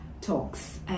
talks